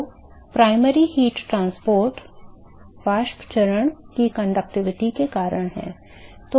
तो प्राथमिक ऊष्मा परिवहन वाष्प चरण की चालकता के कारण है